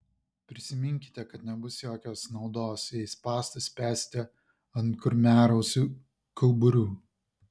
prisiminkite kad nebus jokios naudos jei spąstus spęsite ant kurmiarausių kauburių